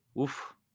Oof